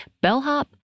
bellhop